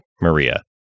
maria